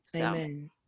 Amen